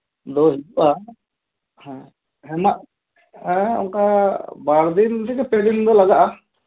ᱦᱮᱸ ᱦᱮᱱᱟᱜ ᱦᱮᱸ ᱚᱱᱠᱟ ᱵᱟᱨ ᱫᱤᱱ ᱛᱷᱮᱠᱮ ᱯᱮ ᱫᱤᱱ ᱫᱚ ᱞᱟᱜᱟᱜᱼᱟ